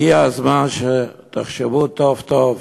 הגיע הזמן שתחשבו טוב-טוב